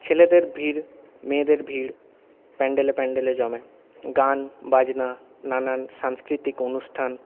ছেলেদের ভিড় মেয়েদের ভিড় প্যান্ডেলে প্যান্ডেলে জমে গান বাজনা নানান সাংস্কৃতিক অনুষ্ঠান